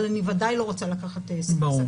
אבל אני בוודאי לא רוצה לקחת סיכון.